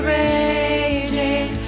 raging